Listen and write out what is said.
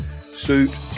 suit